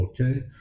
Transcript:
Okay